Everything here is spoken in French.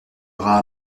iras